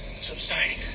subsiding